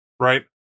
right